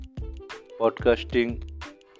podcasting